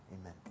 amen